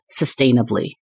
sustainably